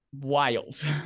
wild